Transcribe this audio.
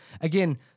again